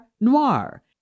Noir